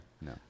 No